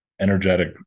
energetic